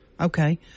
Okay